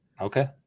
Okay